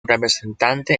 representante